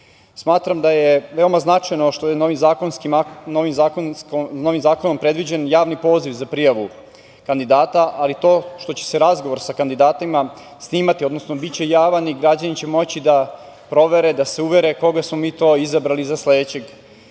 Smatram da je veoma značajno što je novim zakonom predviđen javni poziv za prijavu kandidata, ali to što će se razgovor sa kandidatima snimati, odnosno biće javan i građani će moći da provere, da se uvere koga smo mi to izabrali za sledećeg,